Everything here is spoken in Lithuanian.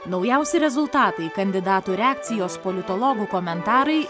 naujausi rezultatai kandidatų reakcijos politologų komentarai